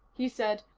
he said,